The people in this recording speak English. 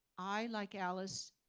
i, like alice,